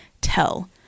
tell